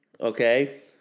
Okay